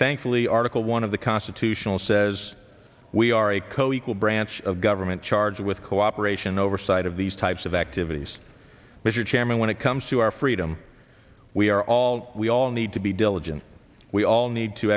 thankfully article one of the constitutional says we are a co equal branch of government charged with cooperation oversight of these types of activities mr chairman when it comes to our freedom we are all we all need to be diligent we all need to